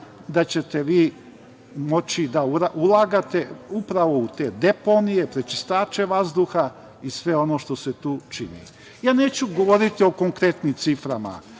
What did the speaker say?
da ćete vi moći da ulažete upravo u te deponije, prečistače vazduha i sve ono što se tu čini. Neću govoriti o konkretnim ciframa.